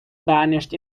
banished